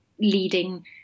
leading